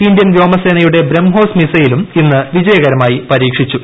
Indian വ്യോമസേനയുടെ ബ്രഹ്മോസ് മിസൈലും ഇന്ന് വിജയകരമായി പരീക്ഷിച്ചു